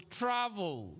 travel